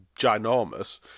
ginormous